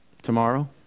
tomorrow